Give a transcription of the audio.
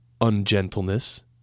ungentleness